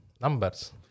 numbers